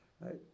Right